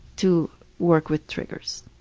to work with triggers.